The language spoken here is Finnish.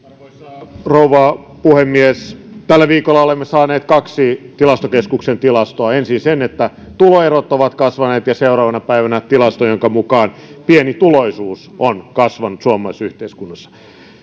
arvoisa rouva puhemies tällä viikolla olemme saaneet kaksi tilastokeskuksen tilastoa ensin sen että tuloerot ovat kasvaneet ja seuraavana päivänä tilaston jonka mukaan pienituloisuus on kasvanut suomalaisessa yhteiskunnassa